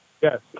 Yes